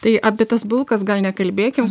tai apie tas bulkas gal nekalbėkim